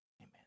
Amen